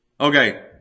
okay